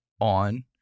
on